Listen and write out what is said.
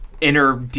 inner